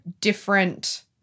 different